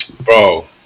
Bro